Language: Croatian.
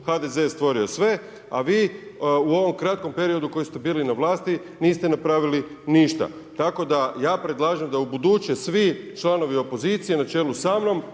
HDZ je stvorio sve vi u ovom kratkom periodu koji ste bili na vlasti, niste napravili ništa tako da ja predlažem da ubuduće svi članovi opozicije na čelu sa mnom,